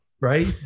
right